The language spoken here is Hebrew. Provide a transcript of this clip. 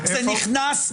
זה נכנס.